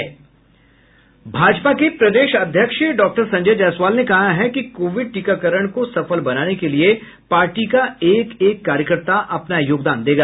भाजपा के प्रदेश अध्यक्ष डॉक्टर संजय जायसवाल ने कहा है कि कोविड टीकाकरण को सफल बनाने के लिए पार्टी का एक एक कार्यकर्ता अपना योगदान देगा